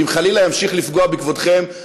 אם חלילה ימשיך לפגוע בכבודכם,